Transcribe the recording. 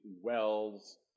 Wells